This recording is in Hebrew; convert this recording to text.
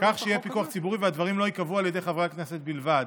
כך שיהיה פיקוח ציבורי והדברים לא ייקבעו על ידי חברי הכנסת בלבד.